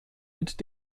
mit